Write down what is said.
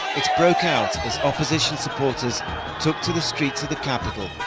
it broke out as opposition supporters took to the streets of the capital,